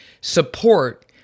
support